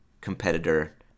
competitor